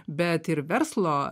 bet ir verslo